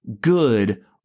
good